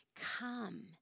Come